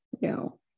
no